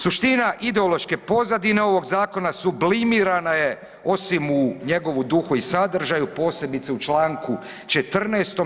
Suština ideološke pozadine ovog zakona sublimirana je osim u njegovu duhu i sadržaju posebice u Članku 14.